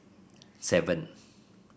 seven